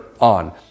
on